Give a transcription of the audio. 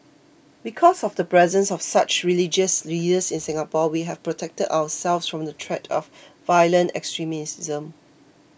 because of the presence of such religious leaders in Singapore we have protected ourselves from the threat of violent extremism